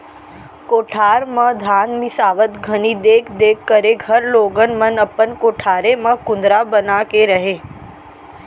कोठार म धान मिंसावत घनी देख देख करे घर लोगन मन अपन कोठारे म कुंदरा बना के रहयँ